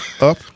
up